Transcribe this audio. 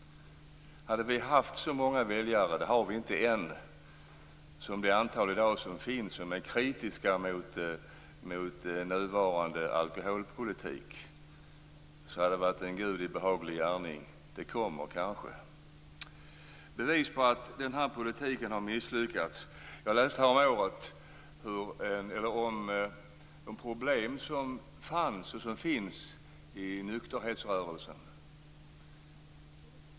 Hade vi haft så många väljare - det har vi inte än - som det antal som finns i dag som är kritiska mot nuvarande alkoholpolitik, hade det varit gudi behagligt. Det kommer kanske. Det finns bevis för att den här politiken har misslyckats. Jag läste häromåret om de problem som fanns, och som finns, i nykterhetsrörelsen.